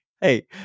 hey